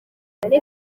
ati